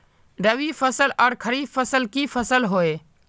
रवि फसल आर खरीफ फसल की फसल होय?